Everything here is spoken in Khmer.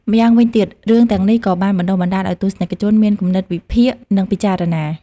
ម្យ៉ាងវិញទៀត រឿងទាំងនេះក៏បានបណ្តុះបណ្តាលឲ្យទស្សនិកជនមានគំនិតវិភាគនិងពិចារណា។